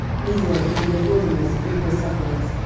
bezer in the wilderness with her suburbs,